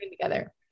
together